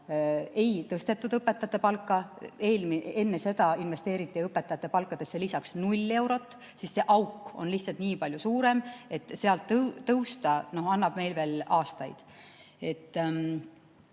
ei tõstetud õpetajate palka, enne seda investeeriti õpetajate palkadesse lisaks null eurot, siis see auk on lihtsalt nii palju suurem, et sealt tõusta annab meil veel aastaid.